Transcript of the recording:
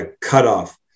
cutoff